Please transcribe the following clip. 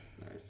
nice